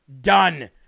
done